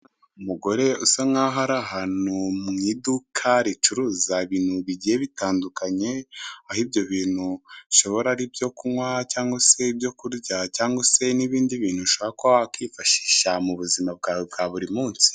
Umugore usa nkaho ari ahantu mu iduka ricuruza ibintu bigiye bitandukanye aho ibyo bintu bishobora ari ibyo kunywa cyangwa se ibyo kurya cyangwa se n'ibindi bintu ushobora kuba wakwifashisha mu buzima bwawe bwa buri munsi.